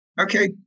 Okay